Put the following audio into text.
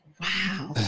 wow